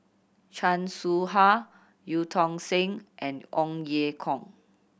Chan Soh Ha Eu Tong Sen and Ong Ye Kung